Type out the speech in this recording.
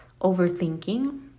overthinking